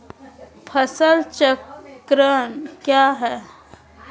फसल चक्रण क्या है?